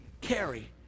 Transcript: carry